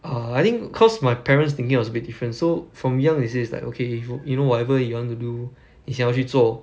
err I think cause my parents thinking was a bit different so from young they say it's like okay y~ you know whatever you want to do 你想要去做